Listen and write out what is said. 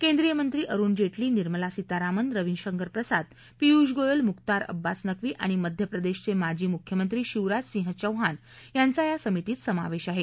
केंद्रीय मंत्री अरुण जेटली निर्मला सीतारामन रविशंकर प्रसाद पियुष गोयल मुख्तार अब्बास नक्वी आणि मध्यप्रदेशचे माजी मुख्यमंत्री शिवराज सिंह चौहान यांचा या समितीत समावेश आहे